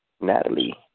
Natalie